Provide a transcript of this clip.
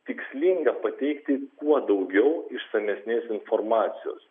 tikslinga pateikti kuo daugiau išsamesnės informacijos